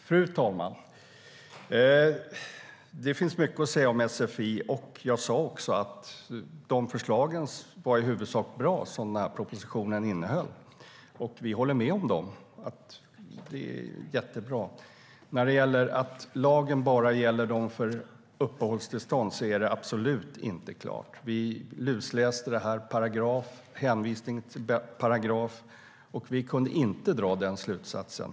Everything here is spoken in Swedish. Fru talman! Det finns mycket att säga om sfi. Jag sa också att de förslag som propositionen innehåller är i huvudsak bra. Vi håller med om dem. De är bra. Det är absolut inte klart att lagen bara gäller för dem med uppehållstillstånd. Vi har lusläst paragraferna och hänvisningar till paragrafer, och vi har inte dragit den slutsatsen.